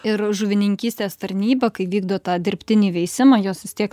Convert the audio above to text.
ir žuvininkystės tarnyba kai vykdo tą dirbtinį veisimą jos vis tiek